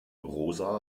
rosa